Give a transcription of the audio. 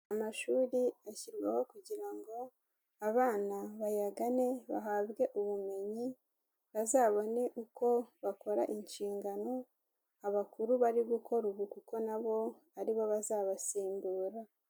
Amashuri ashyirwaho kugira ngo abana bayagane bahabwe ubumenyi, bazabone uko bakora inshingano abakuru bari gukora ubu kuko na bo aribo bazabasimbura.